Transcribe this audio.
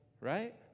right